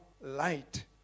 light